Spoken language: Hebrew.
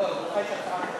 לא, לך יש הצעה אחרת.